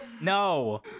no